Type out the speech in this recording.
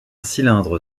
cylindre